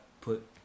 put